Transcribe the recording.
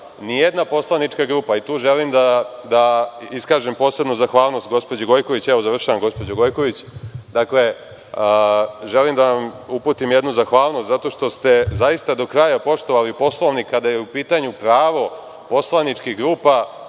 Nijedna poslanička grupa i tu želim da iskažem posebnu zahvalnost gospođi Gojković, evo završavam gospođo Gojković, želim da vam uputim jednu zahvalnost zato što ste zaista do kraja poštovali Poslovnik kada je u pitanju pravo poslaničkih grupa